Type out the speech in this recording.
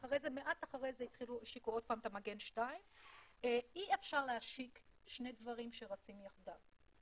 מעט אחרי זה השיקו עוד פעם את מגן 2. אי-אפשר להשיק שני דברים שרצים יחדיו.